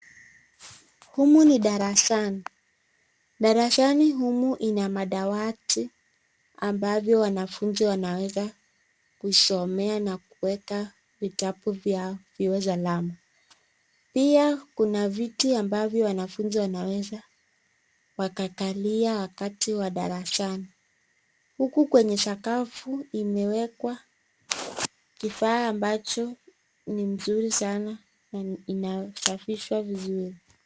Humu ni darasani, darasani humu kuna dawati ambayo wanafunzi wanaweza kusomea na kuweka vitabu vyao, pia kuna viti ambavyo wanafunzi wanaweza wakakalia wakati wa darasani. Huku kwenye sakafu kumewekwa kifaa ambacho ni mzuri sana na inasafishwa vizuri.